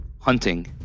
hunting